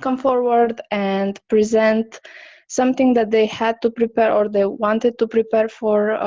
come forward and present something, that they had to prepare, or they wanted to prepare, for.